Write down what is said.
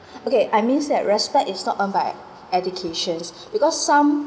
okay I mean that respect is not earn by educations because some